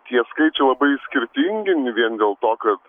tie skaičiai labai skirtingi vien dėl to kad